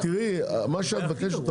מה שאת מבקשת,